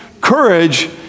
Courage